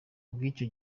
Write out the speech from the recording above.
bw’icyo